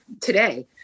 today